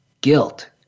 guilt